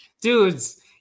dudes